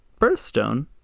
birthstone